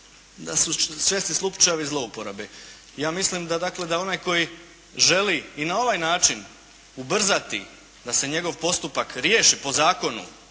da su teški slučajevi zlouporabe. Ja mislim da dakle da onaj koji želi i na ovaj način ubrzati da se njegov postupak riješi po zakonu,